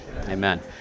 Amen